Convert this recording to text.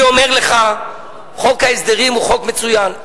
אני אומר לך: חוק ההסדרים הוא חוק מצוין.